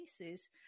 cases –